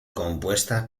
compuesta